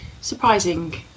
surprising